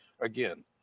again